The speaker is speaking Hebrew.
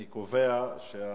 אני קובע שההצעות